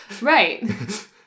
Right